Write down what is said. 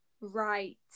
right